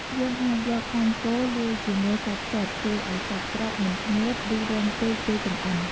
យើងអាចយក ខ្លាញ់គោលាយជាមួយសាច់សុទ្ធ ជួយឱ្យសាច់ក្រកមិនស្ងួត ឬរឹងពេកពេលចម្អិន។